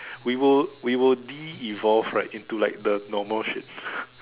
we will we will de evolve right into like the normal shit